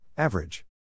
Average